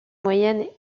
moyenne